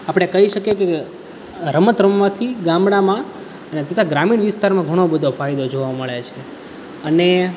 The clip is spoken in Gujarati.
આપણે કહી શકીએ કે આ રમત રમવાથી ગામડામાં તથા ગ્રામીણ વિસ્તારમાં ઘણો બધો ફાયદો જોવા મળે છે અને